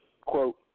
Quote